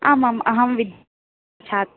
आम् आम् अहं विद् छात्